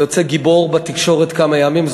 ויוצא גיבור בתקשורת כמה ימים.